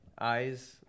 eyes